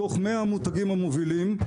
מתוך 100 המותגים המובילים,